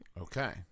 Okay